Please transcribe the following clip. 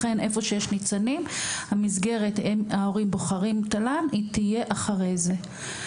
לכן איפה שיש ניצנים המסגרת ההורים בוחרים תל"ן היא תהיה אחרי זה.